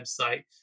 website